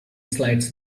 slides